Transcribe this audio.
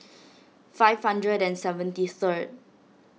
five hundred and seventy third